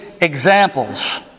examples